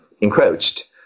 encroached